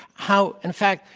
how, in fact,